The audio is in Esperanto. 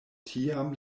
tiam